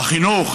החינוך,